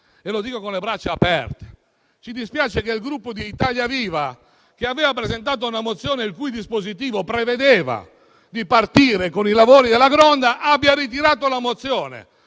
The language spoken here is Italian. e lo dico con le braccia aperte, che il Gruppo di Italia Viva, che aveva presentato una mozione il cui dispositivo prevedeva di partire con i lavori della Gronda, abbia ritirato la mozione.